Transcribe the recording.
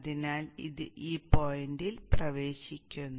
അതിനാൽ അത് ഈ പോയിന്റിൽ പ്രവേശിക്കുന്നു